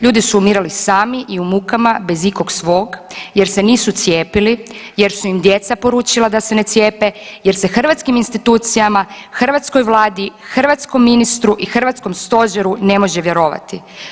Ljudi su umirali sami i u mukama bez ikog svog jer se nisu cijepili, jer su im djeca poručila da se ne cijepe, jer se hrvatskim institucijama, hrvatskoj vladi, hrvatskom ministru i hrvatskom stožeru ne može vjerovati.